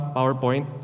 PowerPoint